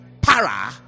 para